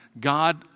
God